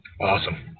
Awesome